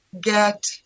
get